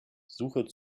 suche